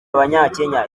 abanyakenya